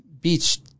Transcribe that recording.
beach